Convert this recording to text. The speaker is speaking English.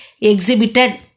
exhibited